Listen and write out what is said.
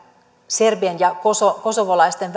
serbien ja kosovolaisten